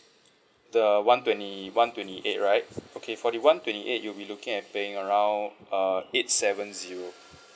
the one twenty one twenty eight right okay for the one twenty eight you'll be looking at paying around uh eight seven zero